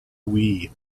wii